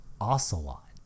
Ocelot